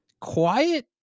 quiet